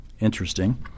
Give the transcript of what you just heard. Interesting